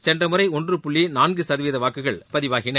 சென்ற முறை ஒன்று புள்ளி நான்கு சதவீத வாக்குகள் பதிவாகின